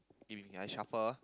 giving me I shuffle